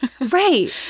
Right